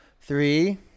Three